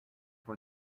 for